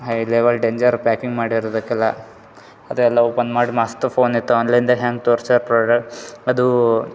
high level danger packing ಮಾಡಿರೋದಕ್ಕೆ ಎಲ್ಲ ಅದೆಲ್ಲ ಓಪನ್ ಮಾಡಿ ಮಸ್ತು ಫೋನ್ ಇತ್ತು ಆನ್ಲೈನ್ದಾಗೆ ಹ್ಯಾಂಗೆ ತೋರ್ಸ್ಯಾರೆ ಪ್ರಾಡಕ್ಟ್ ಅದು